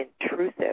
intrusive